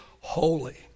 holy